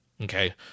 okay